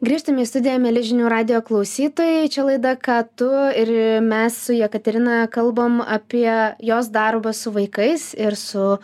grįžtame į studiją mieli žinių radijo klausytojai čia laida ką tu ir mes su jekaterina kalbam apie jos darbą su vaikais ir su